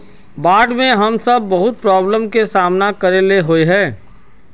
बाढ में हम सब बहुत प्रॉब्लम के सामना करे ले होय है?